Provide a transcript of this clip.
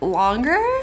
longer